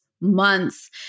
months